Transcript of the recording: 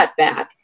cutback